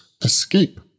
escape